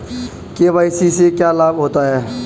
KYC से क्या लाभ होता है?